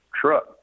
truck